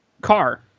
car